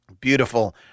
beautiful